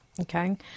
Okay